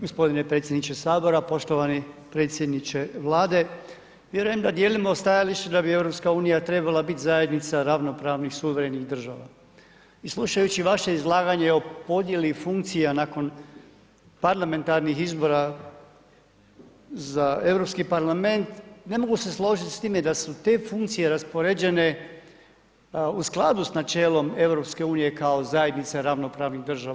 Gospodine predsjedniče Sabora, poštovani predsjedniče Vlade, vjerujem da dijelimo stajalište da bi EU trebala biti zajednica ravnopravnih suverenih država i slušajući vaše izlaganje o podjeli funkcija nakon parlamentarnih izbora za Europski parlament ne mogu se složiti s time da su te funkcije raspoređene u skladu s načelom EU kao zajednice ravnopravnih država.